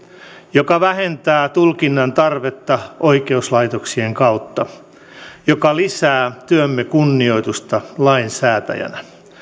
joka vähentää tulkinnan tarvetta oikeuslaitoksien kautta joka lisää työmme kunnioitusta lainsäätäjänä